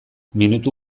minutu